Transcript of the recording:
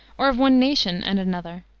or of one nation and another.